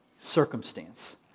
circumstance